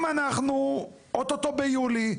אם אנחנו אוטוטו ביולי,